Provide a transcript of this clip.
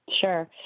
Sure